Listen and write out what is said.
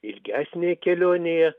ilgesnėj kelionėje